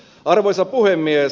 arvoisa puhemies